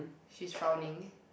she's frowning